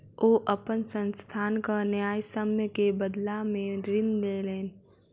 ओ अपन संस्थानक न्यायसम्य के बदला में ऋण लेलैन